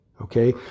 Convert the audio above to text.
Okay